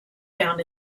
found